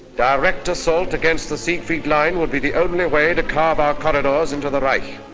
direct assault against the siegfried line would be the only way to carve our corridors into the reich.